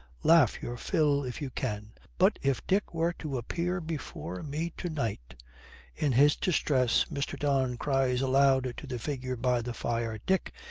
laugh your fill if you can. but if dick were to appear before me to-night in his distress mr. don cries aloud to the figure by the fire, dick,